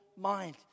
mind